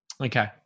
Okay